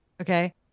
okay